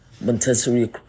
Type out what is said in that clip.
Montessori